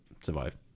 survive